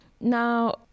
Now